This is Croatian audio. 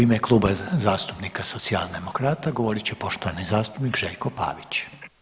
U ime Kluba zastupnika Socijaldemokrata govorit će poštovani zastupnik Željko Pavić.